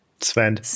Sven